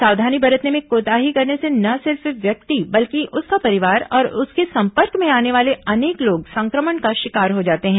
सावधानी बरतने में कोताही करने से न सिर्फ व्यक्ति बल्कि उसका परिवार और उसके संपर्क में आने वाले अनेक लोग संक्रमण का शिकार हो जाते हैं